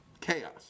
chaos